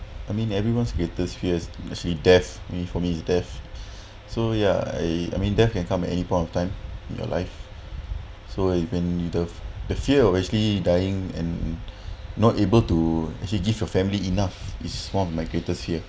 I mean everyone's fear is actually death maybe for me is death so yeah I mean death can come at any point of time in your life so even neither the fear of actually dying and not able to actually give your family enough is form of my greatest fear